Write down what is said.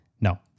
No